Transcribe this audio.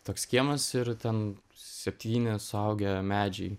toks kiemas ir ten septyni suaugę medžiai